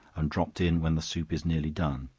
and dropped in when the soup is nearly done,